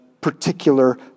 particular